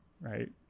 Right